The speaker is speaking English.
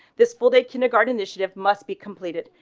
this full day kindergarten initiative must be completed.